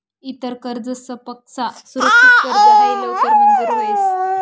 इतर कर्जसपक्सा सुरक्षित कर्ज हायी लवकर मंजूर व्हस